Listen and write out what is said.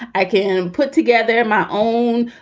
i can put together my own,